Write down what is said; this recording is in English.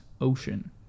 ocean